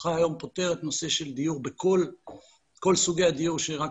"אחיי" היום פותרת נושא של דיור בכל סוגי הדיור שרק